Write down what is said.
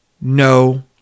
no